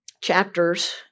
chapters